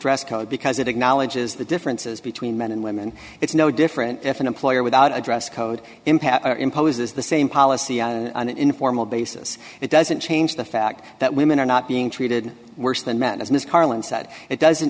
dress code because it acknowledges the differences between men and women it's no different if an employer without a dress code impact or imposes the same policy on an informal basis it doesn't change the fact that women are not being treated worse than men and as ms carlin said it doesn't